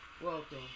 welcome